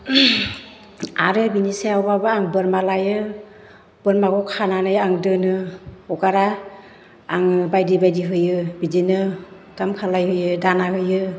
आरो बेनि सायावबाबो आं बोरमा लायो बोरमाखौ खानानै आं दोनो हगारा आङो बायदि बायदि होयो बिदिनो ओंखाम खालाय होयो दाना होयो